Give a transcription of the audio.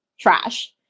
trash